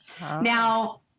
Now